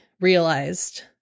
realized